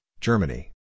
Germany